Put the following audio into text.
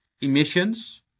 emissions